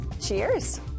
Cheers